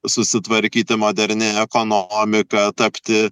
susitvarkyti moderniai ekonomiką tapti